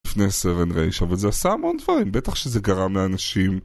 לפני Seven Rage, אבל זה עשה המון דברים, בטח שזה גרם לאנשים.